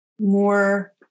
more